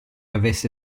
avesse